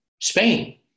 Spain